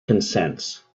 consents